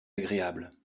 agréable